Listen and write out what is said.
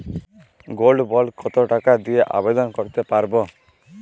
Gold bond কত টাকা দিয়ে আবেদন করতে পারবো?